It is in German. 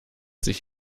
sich